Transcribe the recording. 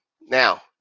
Now